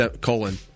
colon